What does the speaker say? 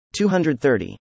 230